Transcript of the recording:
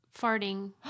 farting